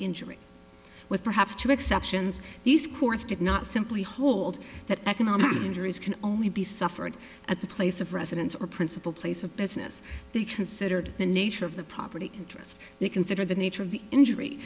injury with perhaps two exceptions these courts did not simply hold that economic injuries can only be suffered at the place of residence or principal place of business the considered the nature of the property interest they consider the nature of the injury